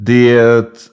Det